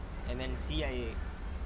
and then see I